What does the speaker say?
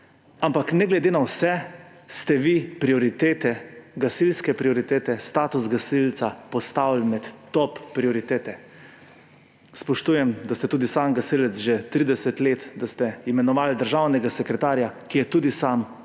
Ampak ne glede na vse ste vi gasilske prioritete, status gasilca postavili med top prioritete. Spoštujem, da ste tudi sam gasilec že 30 let, da ste imenovali državnega sekretarja, ki je tudi sam gasilec.